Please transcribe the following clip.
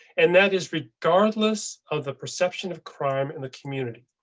and that is regardless of the perception of crime in the community.